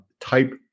type